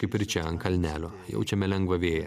kaip ir čia ant kalnelio jaučiame lengvą vėją